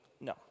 No